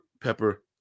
pepper